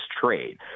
trade